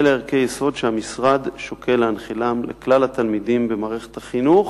אלה ערכי יסוד שהמשרד שוקל להנחילם לכלל התלמידים במערכת החינוך,